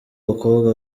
bakobwa